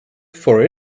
for